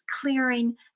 clearing